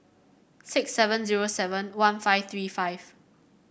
six seven zero seven one five three five